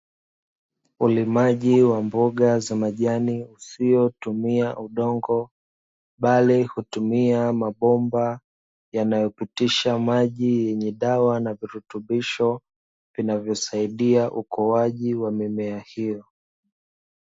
Ulimaji wa mboga za majani usiotumia udongo bali hutumia mabomba yanayopitisha maji yenye dawa na virutubisho, vinavyosaidia ukuaji wa mimea hiyo.